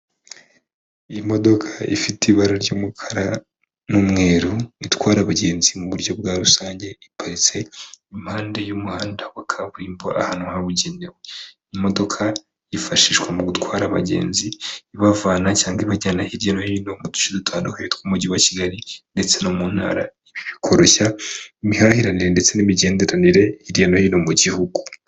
Iyi modoka ifite ibara ry'umukara n'umweru itwara abagenzi mu buryo bwa rusange iparitse impande y'umuhanda wa kaburimbo ahantu habugenewe. Imodoka yifashishwa mu gutwara abagenzi ibavana cyangwa ibajyana hirya no hino mu duce dutandukanye tw'umujyi wa kigali ndetse no mu ntara. Bikoroshya imihahirane ndetse n'imigenderanire hirya no hino mu gihugu.